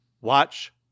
watch